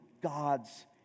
God's